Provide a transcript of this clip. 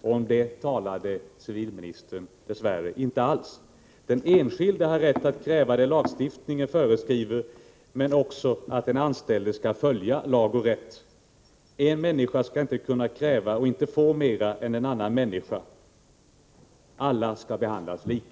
och om det talade civilministern dess värre inte alls. Den enskilde har rätt att kräva det lagstiftningen föreskriver, men också att den anställde skall följa lag och rätt. En människa skall inte kunna kräva och inte få mer än en annan människa. Alla skall behandlas lika.